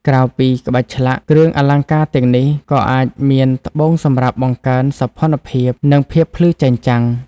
ក្រៅពីក្បាច់ឆ្លាក់ គ្រឿងអលង្ការទាំងនេះក៏អាចមាន ត្បូងសម្រាប់បង្កើនសោភ័ណភាព និងភាពភ្លឺចែងចាំង។